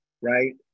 right